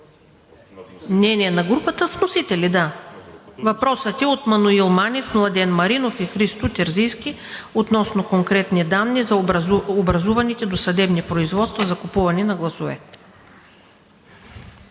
министър на вътрешните работи. Въпросът е от Маноил Манев, Младен Маринов и Христо Терзийски относно конкретни данни за образуваните досъдебни производства за купуване на гласове.